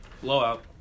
Blowout